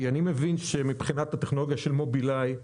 אני מבין שמבחינת הטכנולוגיה של מובילאיי,